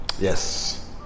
Yes